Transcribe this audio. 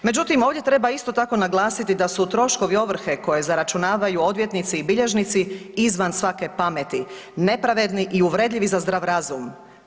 Međutim, ovdje treba isto tako naglasiti da su troškovi ovrhe koje zaračunavaju odvjetnici i bilježnici izvan svake pameti, nepravedni i uvredljivi za zdrav razum.